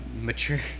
mature